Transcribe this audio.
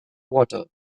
water